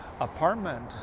apartment